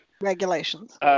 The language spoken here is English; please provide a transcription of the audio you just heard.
regulations